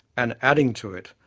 and adding to it,